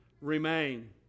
remain